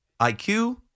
IQ